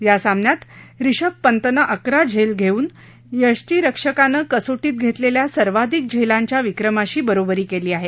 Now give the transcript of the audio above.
या सामन्यात रिषभ पंतनं अकरा झेल घेऊन यष्टीरक्षकानं कसोटीत घेतलेल्या सर्वाधिक झेलांच्या विक्रमाशी बरोबरी केली आहे